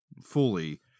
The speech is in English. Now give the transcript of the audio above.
fully